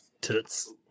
Tits